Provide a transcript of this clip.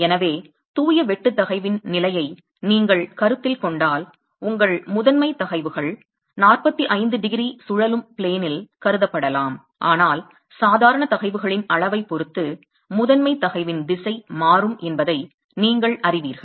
எனவே தூய வெட்டு தகைவின் நிலையை நீங்கள் கருத்தில் கொண்டால் உங்கள் முதன்மை தகைவுகள் 45 டிகிரி சுழலும் பிளேன் இல் கருதப்படலாம் ஆனால் சாதாரண தகைவுகளின் அளவைப் பொறுத்து முதன்மை தகைவின் திசை மாறும் என்பதை நீங்கள் அறிவீர்கள்